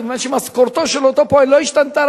כיוון שמשכורתו של אותו פועל לא השתנתה.